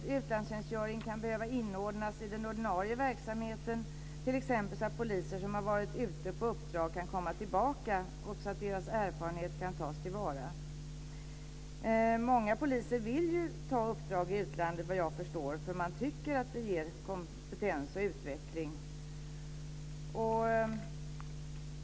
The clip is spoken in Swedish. Utlandstjänstgöring kan behöva inordnas i den ordinarie verksamheten, t.ex. så att poliser som har varit ute på uppdrag kan komma tillbaka och deras erfarenhet tas till vara. Många poliser vill ta uppdrag i utlandet, vad jag förstår, eftersom man tycker att det ger kompetens och utveckling.